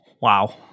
Wow